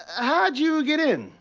how'd you get in?